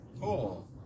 Cool